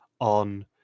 on